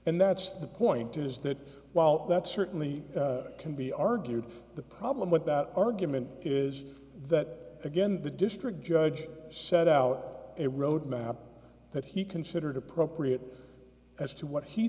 and that's the point is that while that certainly can be argued the problem with that argument is that again the district judge set out a roadmap that he considered appropriate as to what he